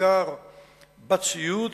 בעיקר בציוד,